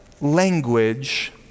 language